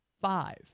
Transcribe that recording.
five